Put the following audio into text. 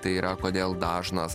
tai yra kodėl dažnas